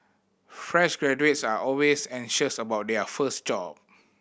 fresh graduates are always anxious about their first job